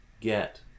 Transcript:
get